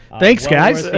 thanks, guys.